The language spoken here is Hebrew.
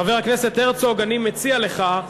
חבר הכנסת הרצוג, אני מציע לך,